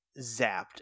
Zapped